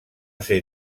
ser